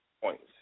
Points